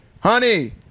honey